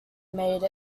made